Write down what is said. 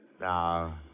Now